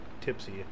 tipsy